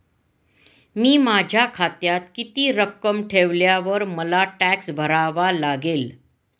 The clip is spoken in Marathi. मी माझ्या खात्यात किती रक्कम ठेवल्यावर मला टॅक्स भरावा लागेल?